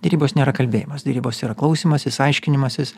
derybos nėra kalbėjimas derybos yra klausymasis aiškinimasis